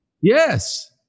Yes